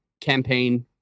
campaign